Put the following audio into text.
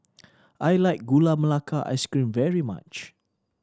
I like Gula Melaka Ice Cream very much